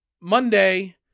Monday